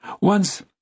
Once